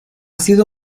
sido